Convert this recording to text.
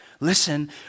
Listen